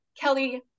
Kelly